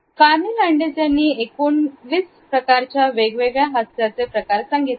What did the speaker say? कारणि लांडेज यांनी एकोणवीस प्रकारच्या वेगवेगळ्या हास्याचा प्रकार सांगितले